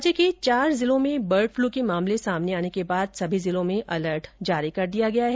राज्य के चार जिलों में बर्ड फ्लू के मामले सामने आने के बाद सभी जिलों में अलर्ट जारी कर दिया गया है